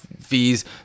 fees